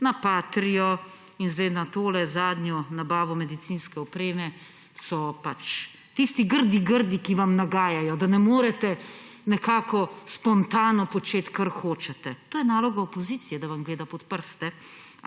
na patrio in zdaj na tole zadnjo nabavo medicinske opreme, so pač tisti grdi, grdi, ki vam nagajajo, da ne morete nekako spontano početi, kar hočete. To je naloga opozicije, da vam gleda pod prste,